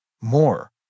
More